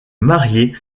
mariée